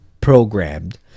programmed